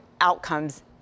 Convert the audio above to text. outcomes